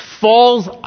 falls